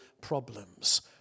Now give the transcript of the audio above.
problems